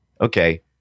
okay